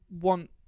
want